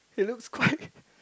it looks quite